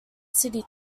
city